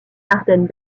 ardennes